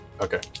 Okay